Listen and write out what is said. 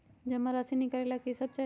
जमा राशि नकालेला कि सब चाहि?